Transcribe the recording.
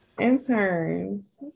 Interns